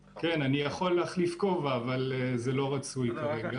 כן, אני יכול להחליף כובע, אבל זה לא רצוי כרגע.